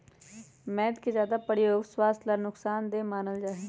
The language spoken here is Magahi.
मैद के ज्यादा प्रयोग स्वास्थ्य ला नुकसान देय मानल जाहई